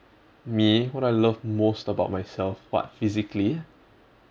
me what I love most about myself what physically